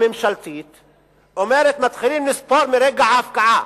הצעת החוק הממשלתית אומרת: מתחילים לספור מרגע ההפקעה,